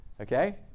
okay